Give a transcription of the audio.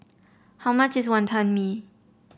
how much is Wonton Mee